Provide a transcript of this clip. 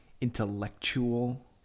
intellectual